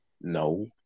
no